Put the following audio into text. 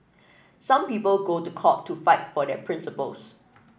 some people go to court to fight for their principles